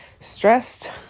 stressed